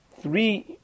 three